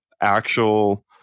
actual